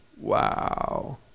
Wow